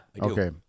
Okay